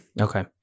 Okay